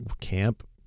camp